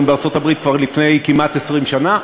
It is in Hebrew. בארצות-הברית כבר לפני כמעט 20 שנה.